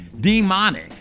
Demonic